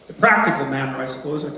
practical manner, i suppose,